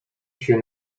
się